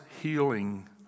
healing